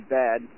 bad